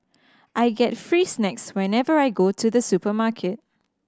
I get free snacks whenever I go to the supermarket